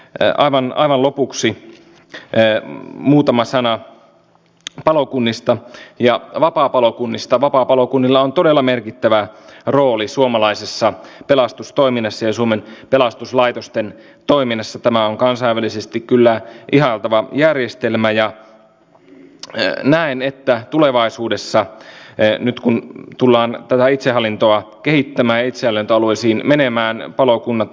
pitää vain aivan lopuksi ne muutama sana jo palokunnista ja otan esille tämän soten jossa on valtavan iso merkitys sillä että me pystymme yhteensovittamaan näitä järjestelmiä ja myös siten että yksityiset toimijat tulevat siihen samaan järjestelmään mukaan